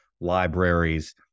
libraries